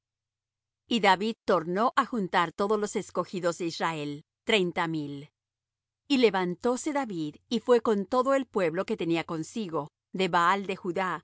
y david tornó á juntar todos los escogidos de israel treinta mil y levantóse david y fué con todo el pueblo que tenía consigo de baal de judá